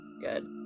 Good